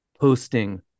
posting